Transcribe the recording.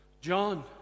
John